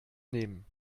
nehmen